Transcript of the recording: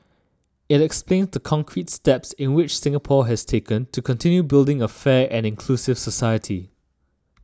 it explains the concrete steps in which Singapore has taken to continue building a fair and inclusive society